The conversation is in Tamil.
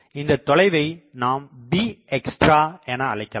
இந்தத்தொலைவை நாம் bextra என அழைக்கலாம்